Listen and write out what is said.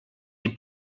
die